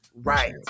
right